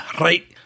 Right